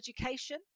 Education